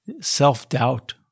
self-doubt